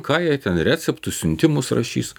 ką jie ten receptus siuntimus rašys